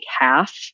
half